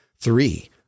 three